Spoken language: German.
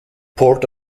port